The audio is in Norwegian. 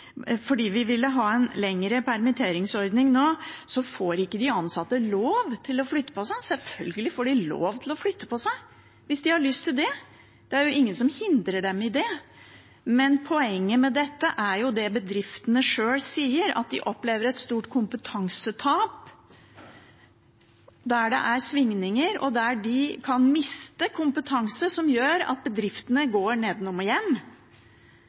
fordi vi ville ha en lengre permitteringsordning nå, så får ikke de ansatte lov til å flytte på seg. Selvfølgelig får de lov til å flytte på seg hvis de har lyst til det. Det er jo ingen som hindrer dem i det. Men poenget med dette er det som bedriftene sjøl sier, at de opplever et stort kompetansetap der det er svingninger, og der de kan miste kompetanse, noe som gjør at bedriftene går nedenom og hjem,